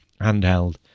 handheld